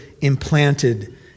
implanted